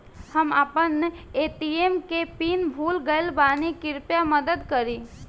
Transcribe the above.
हम आपन ए.टी.एम के पीन भूल गइल बानी कृपया मदद करी